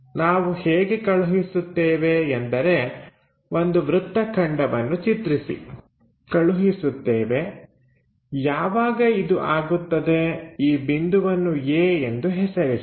ನಾವು ಹೇಗೆ ಕಳುಹಿಸುತ್ತೇವೆ ಎಂದರೆ ಒಂದು ವೃತ್ತ ಖಂಡವನ್ನು ಚಿತ್ರಿಸಿ ಕಳುಹಿಸುತ್ತೇವೆ ಯಾವಾಗ ಇದು ಆಗುತ್ತದೆ ಈ ಬಿಂದುವನ್ನು a ಎಂದು ಹೆಸರಿಸಿ